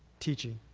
teaching